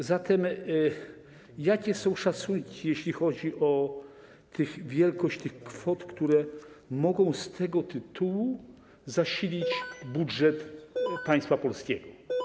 A zatem jakie są szacunki, jeśli chodzi o wielkość tych kwot, które mogą z tego tytułu zasilić budżet państwa polskiego?